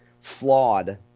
flawed